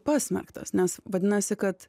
pasmerktas nes vadinasi kad